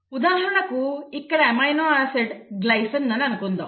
ఉదాహరణకు ఇక్కడ amino acid glycine అని అనుకుందాం